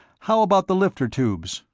how about the lifter tubes